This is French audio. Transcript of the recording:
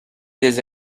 des